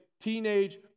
teenage